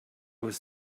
was